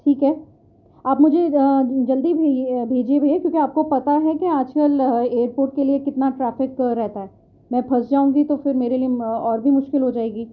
ٹھیک ہے آپ مجھے جلدی بھیجیے بھیا کیونکہ آپ کو پتا ہے کہ آج کل ایئر پورٹ کے لیے کتنا ٹریفک رہتا ہے میں پھنس جاؤں گی تو پھر میرے لیے اور بھی مشکل ہو جائے گی